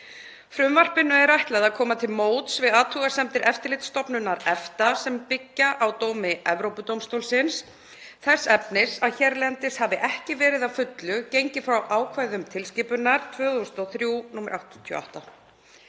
Frumvarpinu er ætlað að koma til móts við athugasemdir Eftirlitsstofnunar EFTA sem byggja á dómi Evrópudómstólsins þess efnis að hérlendis hafi ekki verið að fullu gengið frá ákvæðum tilskipunar 2003/88/EB.